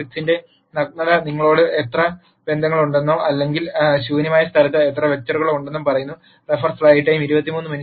മാട്രിക്സിന്റെ നഗ്നത നിങ്ങളോട് എത്ര ബന്ധങ്ങളുണ്ടെന്നോ അല്ലെങ്കിൽ ശൂന്യമായ സ്ഥലത്ത് എത്ര വെക്റ്ററുകൾ ഉണ്ടെന്നും പറയുന്നു